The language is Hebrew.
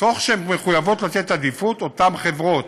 תוך שהן מחויבות לתת עדיפות, אותן חברות